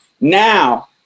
Now